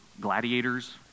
gladiators